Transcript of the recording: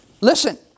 Listen